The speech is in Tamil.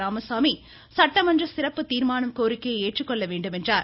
ராமசாமி சட்டமன்ற சிறப்பு தீர்மானம் கோரிக்கையை ஏற்றுக்கொள்ள வேண்டும் என்றார்